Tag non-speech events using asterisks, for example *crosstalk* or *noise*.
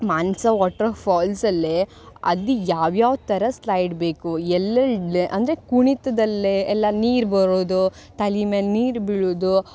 ಮಾನಸ ವಾಟ್ರ್ಫಾಲ್ಸಲ್ಲೇ ಅಲ್ಲಿ ಯಾವ್ಯಾವ ಥರ ಸ್ಲೈಡ್ ಬೇಕು ಎಲ್ಲ *unintelligible* ಅಂದರೆ ಕುಣಿತದಲ್ಲೇ ಎಲ್ಲ ನೀರು ಬರೋದು ತಲೆ ಮೇಲೆ ನೀರು ಬೀಳೋದು